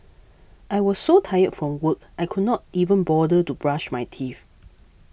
I was so tired from work I could not even bother to brush my teeth